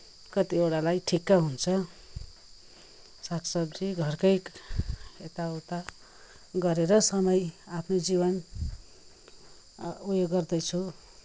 कतिवटालाई ठिक्क हुन्छ सागसब्जी घरकै यता उता गरेर समय आफ्नो जीवन उयो गर्दैछु